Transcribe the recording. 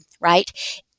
right